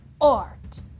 art